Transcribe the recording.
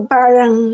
parang